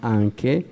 anche